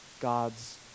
God's